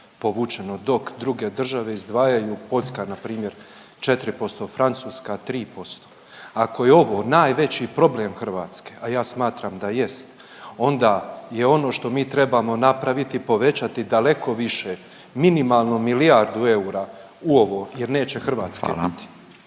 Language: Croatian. povučeno, dok druge države izdvajaju, Poljska, npr. 4%, Francuska 3%. Ako je ovo najveći problem Hrvatske, a ja smatram da jest, onda je ono što mi trebamo napraviti, povećati daleko više, minimalno milijardu eura u ovo jer neće Hrvatske biti.